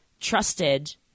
trusted